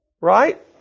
Right